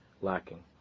lacking